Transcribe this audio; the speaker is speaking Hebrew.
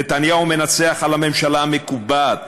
נתניהו מנצח על הממשלה המקובעת,